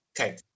okay